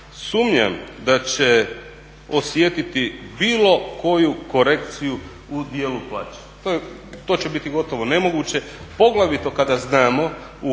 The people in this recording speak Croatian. sumnjam da će osjetiti bilo koju korekciju u dijelu plaće. To će biti gotovo nemoguće, poglavito kada znamo